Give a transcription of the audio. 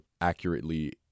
accurately